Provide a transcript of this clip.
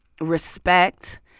respect